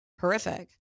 horrific